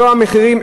לא המחירים,